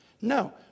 No